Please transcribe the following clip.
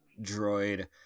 droid